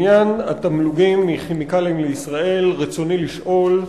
בעניין התמלוגים מ"כימיקלים לישראל" רצוני לשאול: